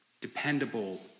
dependable